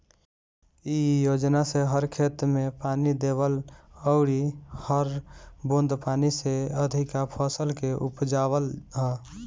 इ योजना से हर खेत में पानी देवल अउरी हर बूंद पानी से अधिका फसल के उपजावल ह